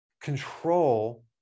control